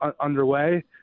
underway